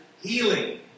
healing